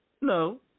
No